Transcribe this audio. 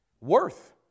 worth